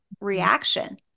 reaction